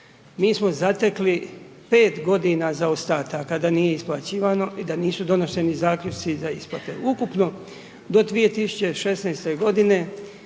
Mi smo zatekli 5 godina zaostataka, da nije isplaćivano i da nisu doneseni zaključci za isplate. Ukupno do 2016. godine